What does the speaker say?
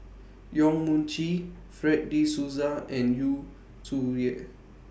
Yong Mun Chee Fred De Souza and Yu Zhuye